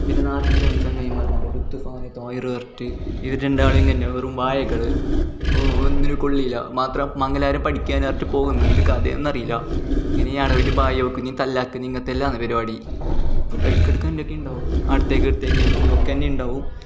പിന്നെ നാട്ടിൽ രണ്ട് ചങ്ങാതിമാരുണ്ട് ഇവർ രണ്ടാളും ഇങ്ങന്നെയാണ് വെറും വായകൾ ഓ ഒന്നിനും കൊള്ളില്ല മാത്രം മംഗലാരം പഠിക്കാനാർഞ്ഞിട്ട് പോകുന്നു എന്ത് കഥയെന്നറിയില്ല ഇങ്ങനേ അടവിൻ്റെ ഭായിയോക്കുഞ്ഞു തല്ലാക്ക് ഇങ്ങത്തെല്ലാന്ന് പരിപാടി ഇറ്റക്കിടക്ക് അൻ്റെക്ക ഉണ്ടാകും എൻ്റകിണ്ടാഅട്ത്തേക്കട്ത്തേക്ക് ഒക്കന്നെ ഉണ്ടാവും